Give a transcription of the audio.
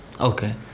Okay